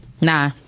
Nah